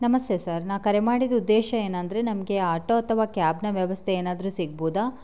ನಮಸ್ತೆ ಸರ್ ನಾನು ಕರೆ ಮಾಡಿದ ಉದ್ದೇಶ ಏನಂದರೆ ನಮಗೆ ಆಟೋ ಅಥವಾ ಕ್ಯಾಬ್ನ ವ್ಯವಸ್ಥೆ ಏನಾದರೂ ಸಿಗ್ಬೋದಾ